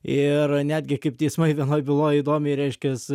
ir netgi kaip teismai vienoj byloj įdomiai reiškias